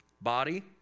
Body